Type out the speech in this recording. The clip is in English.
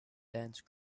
dense